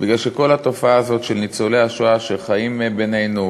בגלל שכל התופעה הזאת של ניצולי השואה שחיים בינינו